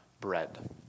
bread